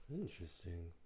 interesting